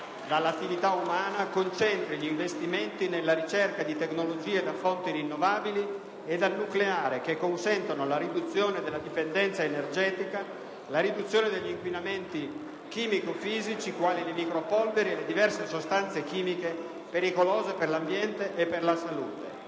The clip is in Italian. dall'attività umana concentrino gli investimenti nella ricerca di tecnologie da fonti rinnovabili e dal nucleare, che consentano la riduzione della dipendenza energetica, la riduzione degli inquinamenti chimico-fisici quali le micropolveri e le diverse sostanze chimiche pericolose per l'ambiente e per la salute.